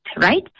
right